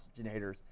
oxygenators